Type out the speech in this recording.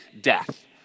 death